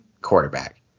quarterback